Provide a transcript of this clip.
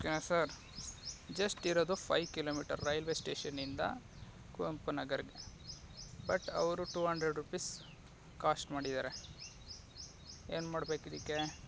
ಓಕೆನ sir just ಇರೋದು five kilometre railway ಸ್ಟೇಷನಿಂದ ಕುವೆಂಪು ನಗರ್ಗೆ ಬಟ್ ಅವರು ಟು ಹಂಡ್ರೆಡ್ ರುಪೀಸ್ ಕಾಸ್ಟ್ ಮಾಡಿದ್ದಾರೆ ಏನು ಮಾಡ್ಬೇಕು ಇದಕ್ಕೆ